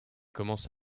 commence